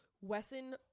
Wesson